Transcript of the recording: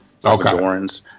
Salvadorans